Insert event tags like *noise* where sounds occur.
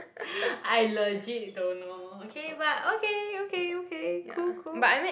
*breath* I legit don't know okay but okay okay okay cool cool